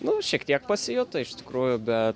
nu šiek tiek pasijuto iš tikrųjų be